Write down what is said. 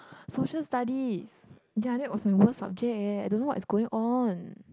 Social Studies ya that was my worst subject eh I don't know what is going on